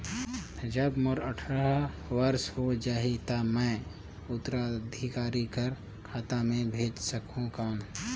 जब मोर अट्ठारह वर्ष हो जाहि ता मैं उत्तराधिकारी कर खाता मे भेज सकहुं कौन?